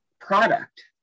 product